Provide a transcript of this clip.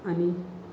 आणि